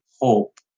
hope